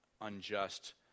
unjust